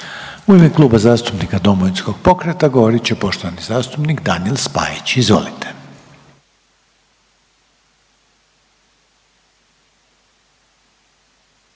U ime Kluba zastupnika Domovinskog pokreta govorit će poštovani zastupnik Daniel Spajić. Izvolite.